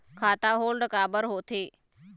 खाता होल्ड काबर होथे?